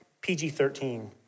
PG-13